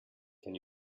can